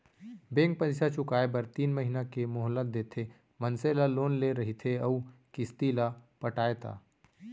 bank पइसा चुकाए बर तीन महिना के मोहलत देथे मनसे ला लोन ले रहिथे अउ किस्ती ल पटाय ता